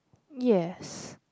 yes